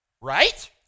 Right